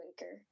Waker